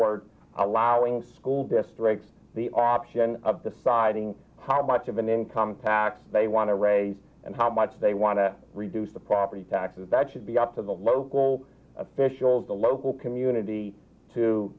board allowing school districts the option of the side hiding how much of an income tax they want to raise and how much they want to reduce the property taxes that should be up to the local officials the local community to